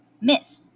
Myth